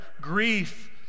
grief